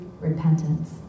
repentance